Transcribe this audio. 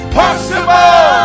possible